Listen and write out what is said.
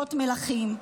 הלכות מלכים.